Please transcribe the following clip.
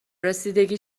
رسیدگی